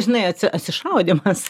žinai atsišaudymas